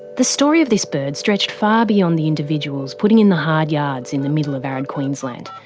the story of this bird stretched far beyond the individuals putting in the hard yards in the middle of arid queensland.